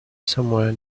somewhere